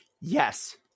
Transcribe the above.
Yes